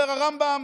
אומר הרמב"ם